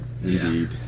Indeed